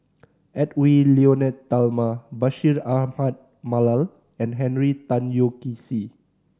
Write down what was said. Edwy Lyonet Talma Bashir Ahmad Mallal and Henry Tan Yoke See